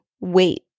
wait